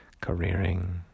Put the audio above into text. careering